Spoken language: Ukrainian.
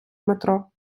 метро